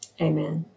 Amen